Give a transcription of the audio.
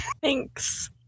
Thanks